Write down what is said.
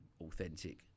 authentic